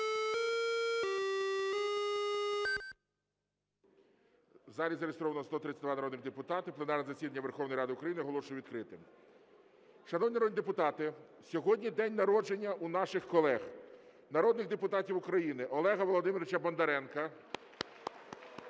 залі зареєстровано 132 народні депутати України. Пленарне засідання Верховної Ради України оголошую відкритим. Шановні народні депутати, сьогодні день народження у наших колег народних депутатів України: Олега Володимировича Бондаренка